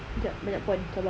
jap banyak pornography sabar